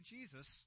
Jesus